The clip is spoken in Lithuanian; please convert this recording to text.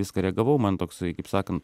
viską reagavau man toksai kaip sakant